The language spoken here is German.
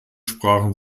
sprachen